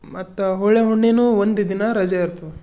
ಮತ್ತು ಹೋಳಿ ಹುಣ್ಣಿನೂ ಒಂದು ದಿನ ರಜೆ ಇರ್ತದೆ